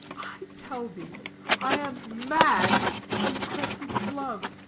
i tell thee i am mad in cressid's love.